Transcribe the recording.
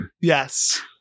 yes